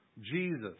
Jesus